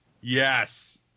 yes